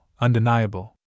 undeniable